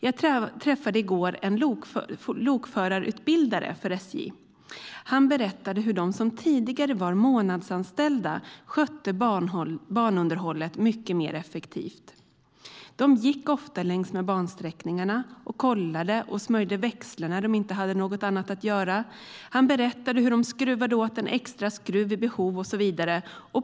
Jag träffade en lokförarutbildare för SJ i går, och han berättade hur de som tidigare var månadsanställda skötte banunderhållet mycket mer effektivt. De gick ofta längs med bansträckningarna, kollade och smorde växlar när de inte hade något annat att göra. Han berättade hur de skruvade åt en extra skruv vid behov och så vidare.